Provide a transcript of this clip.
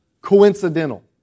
coincidental